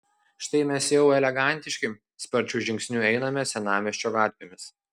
štai mes jau elegantiški sparčiu žingsniu einame senamiesčio gatvėmis